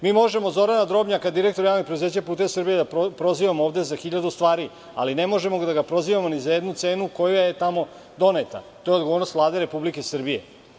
Mi možemo Zorana Drobnjaka, direktora Javnog preduzeća "Putevi Srbije" da prozivamo ovde za hiljadu stvari, ali ne možemo da ga prozivamo ni za jednu cenu koja je tamo doneta, to je odgovornost Vlade Republike Srbije.